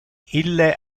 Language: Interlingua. ille